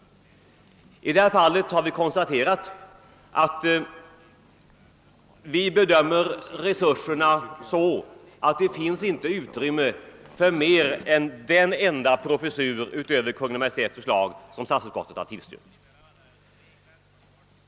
I detta fall bedömer vi resurserna så, att det inte finns utrymme för mer än den enda professur utöver Kungl. Maj:ts förslag som statsutskottet har tillstyrkt.